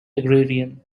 agrarian